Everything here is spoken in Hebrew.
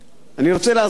אני רוצה להזכיר